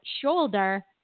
shoulder